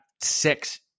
six